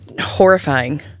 Horrifying